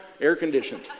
air-conditioned